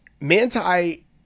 Manti